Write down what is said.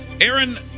Aaron